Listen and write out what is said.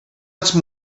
once